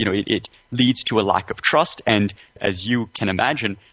you know it it leads to a lack of trust and as you can imagine,